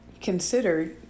consider